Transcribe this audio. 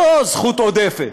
לא זכות עודפת,